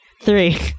three